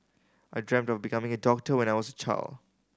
I dreamt of becoming a doctor when I was a child